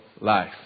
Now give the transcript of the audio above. life